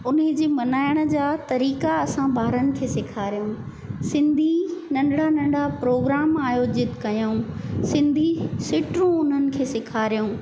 उन्हआ जी मल्हाइण जा तरीक़ा असांअ ॿारनि खे सेखारियो सिंधी नंढणा नंढणा प्रोग्राम आयोजित कयूं सिंधी सिटरूं उन्हनि खेसेखारियूं